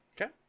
Okay